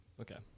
Okay